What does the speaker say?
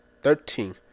Thirteen